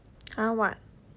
!huh! what